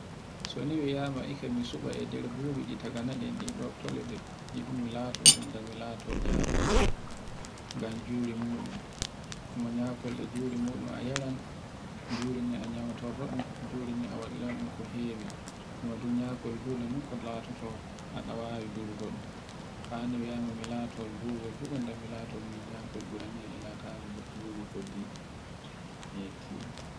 so ni miyama ikka mi suta e nder subi ɗi tagana en ɗi ɗokkole ɗi mi laato, gonda mi laato nyakol. Ngam juri mutccu, monyakol e juri muɗum a yaran, jurindin a yaha a torna ɗun, jurindin a waɗiranɗun ko hewi, wadu nyakol funa ni kol latotol a ɗawawi durgol. hani mi laato bubol ful gonda mi laaro nyakol ɓuraniyan ila bubu koddiɗi. mi yetti on.